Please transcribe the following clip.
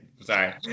Sorry